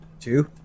Two